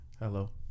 hello